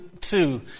two